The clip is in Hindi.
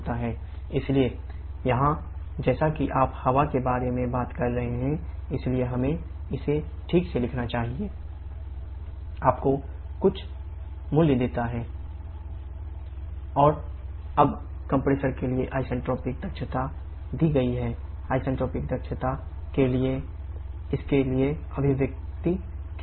इसलिए यहाँ जैसा कि आप हवा के बारे में बात कर रहे हैं इसलिए हमें इसे ठीक से लिखना चाहिए T2sT1P2P1k 1k आपको कुछ मूल्य देते हैं 𝑇2𝑠 394 𝐾 और अब कंप्रेसर दक्षता के लिए इसके लिए अभिव्यक्ति क्या होनी चाहिए